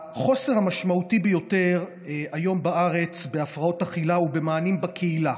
החוסר המשמעותי ביותר היום בארץ בהפרעות אכילה הוא במענים בקהילה.